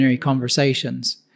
conversations